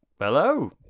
hello